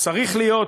צריך להיות,